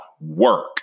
work